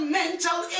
mental